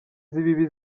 z’ibibi